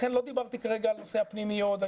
לכן לא דיברתי כרגע על נושא הפנימיות ועל